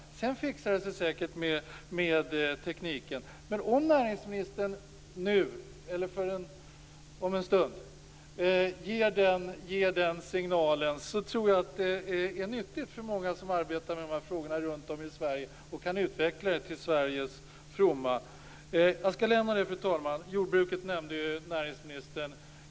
Sedan fixar det sig säkert med tekniken. Men om näringsministern nu - eller om en stund - ger den signalen så tror jag att det är nyttigt för många som arbetar med de här frågorna runtom i Sverige och kan utveckla det till Sveriges fromma. Jag skall lämna det nu, fru talman. Näringsministern nämnde jordbruket.